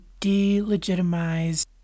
delegitimize